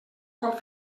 cop